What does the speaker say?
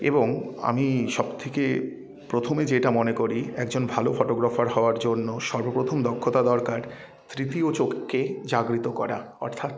এবং আমি সবথেকে প্রথমে যেটা মনে করি একজন ভালো ফটোগ্রাফার হওয়ার জন্য সর্বপ্রথম দক্ষতা দরকার তৃতীয় চোখকে জাগরিত করা অর্থাৎ